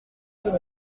deux